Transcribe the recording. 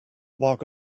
walk